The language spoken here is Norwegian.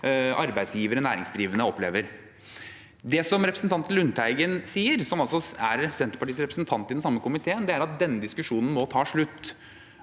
arbeidsgivere og næringsdrivende opplever nå. Det som representanten Lundteigen sier – han er altså Senterpartiets representant i den samme komiteen – er at denne diskusjonen må ta slutt.